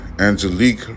Angelique